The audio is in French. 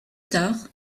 tard